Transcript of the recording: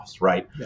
right